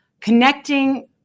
connecting